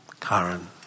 Karen